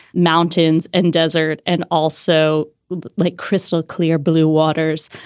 mountains and desert and also like crystal clear blue waters.